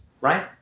right